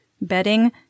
bedding